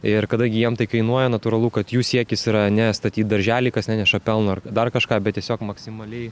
ir kadangi jiem tai kainuoja natūralu kad jų siekis yra ne statyt darželį kas neneša pelno ar dar kažką bet tiesiog maksimaliai